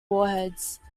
warheads